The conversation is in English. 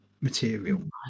material